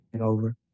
over